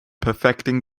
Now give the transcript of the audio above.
perfecting